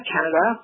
Canada